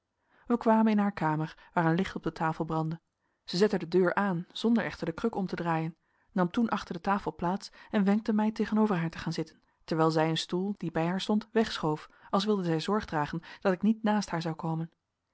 wij kwamen in haar kamer waar een licht op de tafel brandde zij zette de deur aan zonder echter de kruk om te draaien nam toen achter de tafel plaats en wenkte mij tegenover haar te gaan zitten terwijl zij een stoel die bij haar stond wegschoof als wilde zij zorg dragen dat ik niet naast haar zou komen